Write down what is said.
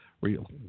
Real